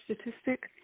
statistic